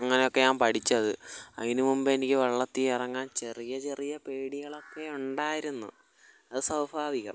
അങ്ങനൊക്കെ ഞാൻ പഠിച്ചത് അതിന് മുമ്പെനിക്ക് വെള്ളത്തിലിറങ്ങാൻ ചെറിയ ചെറിയ പേടികളൊക്കെ ഉണ്ടായിരുന്നു അത് സ്വാഭാവികം